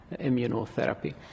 immunotherapy